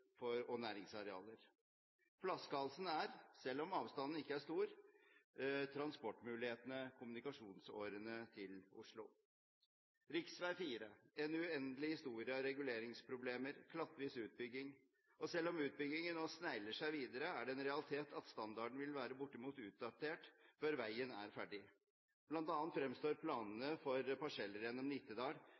boligmuligheter og næringsarealer. Flaskehalsen er, selv om avstanden ikke er stor, transportmulighetene, kommunikasjonsårene til Oslo. Rv. 4 har en uendelig historie av reguleringsproblemer og klattvis utbygging. Selv om utbyggingen nå snegler seg videre, er det en realitet at standarden vil være bortimot utdatert før veien er ferdig. Blant annet fremstår planene for parseller gjennom Nittedal